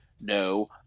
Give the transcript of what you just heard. No